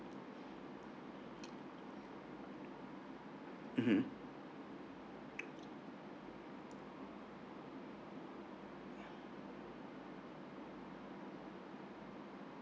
mmhmm